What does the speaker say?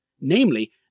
namely